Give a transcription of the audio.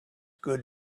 good